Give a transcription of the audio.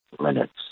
minutes